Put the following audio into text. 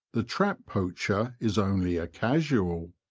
the trap poacher is only a casual.